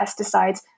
pesticides